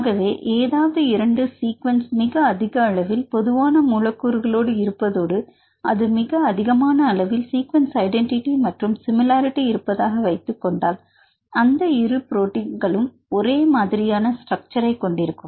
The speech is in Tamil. ஆகவே ஏதாவது இரண்டு சீக்வென்ஸ் மிக அதிக அளவில் பொதுவான மூலக்கூறுகளோடு இருப்பதோடு அது மிக அதிகமான அளவில் சீக்வென்ஸ் ஐடென்டிட்டி மற்றும் சிமிலரிடி இருப்பதாக வைத்துக்கொண்டால் அந்த இரண்டு புரோட்டீன்களும் ஒரே மாதிரியான ஸ்ட்ரக்சர்ஐ கொண்டிருக்கும்